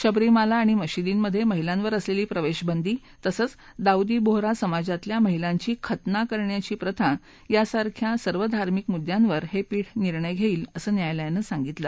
शबरीमाला आणि मशीदींमधे महिलांवर असलेली प्रवेशबंदी तसंच दाऊदी बोहरा समाजातल्या महिलांची खतना करण्याची प्रथा यासारख्या सर्व धार्मिक मुद्यांवर हे पीठ निर्णय घेईल असं न्यायालयानं सांगितलं